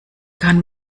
kann